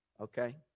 okay